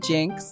Jinx